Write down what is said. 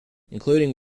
including